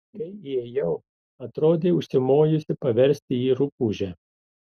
kai įėjau atrodei užsimojusi paversti jį rupūže